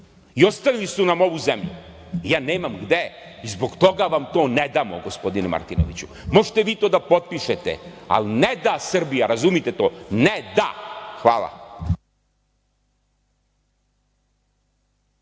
i ostavili su nam ovu zemlju. Ja nemam gde, zbog toga vam to ne damo, gospodine Martinoviću. Možete vi to da potpišete, ali ne da Srbija, razumite to, ne da. Hvala.